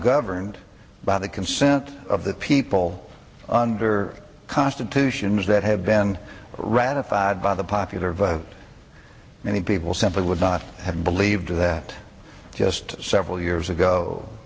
governed by the consent of the people under constitutions that have been ratified by the popular vote many people simply would not have believed that just several years